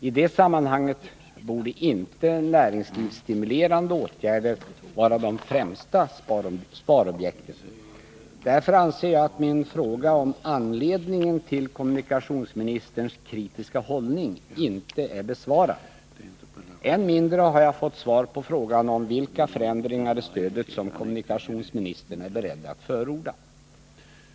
I det sammanhanget borde inte näringslivsstimulerande åtgärder vara de främsta sparobjekten. Därför anser jag att min fråga om anledningen till kommunikationsministerns kritiska hållning inte är besvarad. Än mindre har jag fått svar på frågan om vilka förändringar i stödet som kommunikationsministern är beredd att förorda.